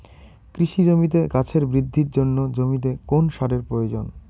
কৃষি জমিতে গাছের বৃদ্ধির জন্য জমিতে কোন সারের প্রয়োজন?